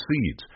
seeds